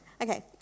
Okay